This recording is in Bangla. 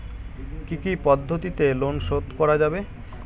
কি কি পদ্ধতিতে লোন শোধ করা যাবে?